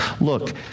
look